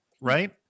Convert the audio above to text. right